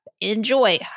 Enjoy